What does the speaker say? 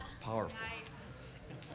Powerful